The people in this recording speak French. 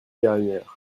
dernière